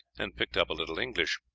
and picked up a little english,